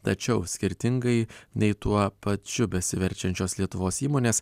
tačiau skirtingai nei tuo pačiu besiverčiančios lietuvos įmonės